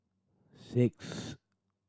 six